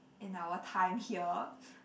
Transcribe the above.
in our time here